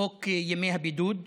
חוק ימי הבידוד,